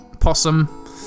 Possum